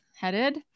headed